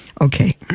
Okay